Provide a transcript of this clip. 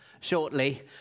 shortly